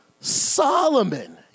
Solomon